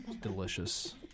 Delicious